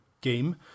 game